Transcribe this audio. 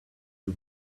you